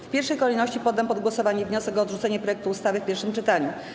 W pierwszej kolejności poddam pod głosowanie wniosek o odrzucenie projektu ustawy w pierwszym czytaniu.